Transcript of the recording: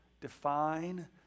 define